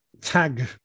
tag